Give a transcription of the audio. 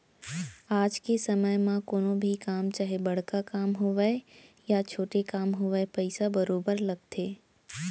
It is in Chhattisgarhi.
आज के समे म कोनो भी काम चाहे बड़का काम होवय या छोटे काम होवय पइसा बरोबर लगथे